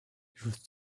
joue